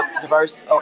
diverse